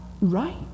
right